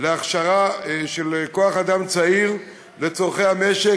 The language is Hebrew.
בהכשרה של כוח-אדם צעיר לצורכי המשק,